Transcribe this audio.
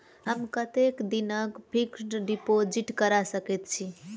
हम कतेक दिनक फिक्स्ड डिपोजिट करा सकैत छी?